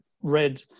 read